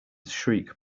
shriek